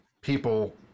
people